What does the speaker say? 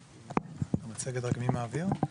גם אם הוא לא מופיע לפנינו.